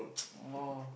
oh